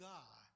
God